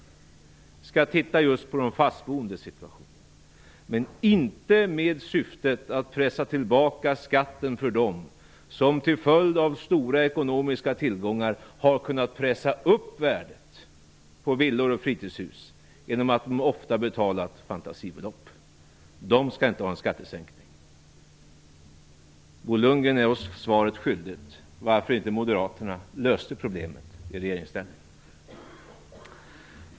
Vi skall titta just på de fastboendes situation, men inte med syftet att pressa tillbaka skatten för dem som till följd av stora ekonomiska tillgångar har kunnat pressa upp värdet på villor och fritidshus genom att de ofta betalat fantasibelopp. De skall inte ha en skattesänkning. Bo Lundgren är oss svaret skyldig: Varför löste inte Moderaterna problemet i regeringsställning?